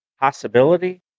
possibility